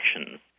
actions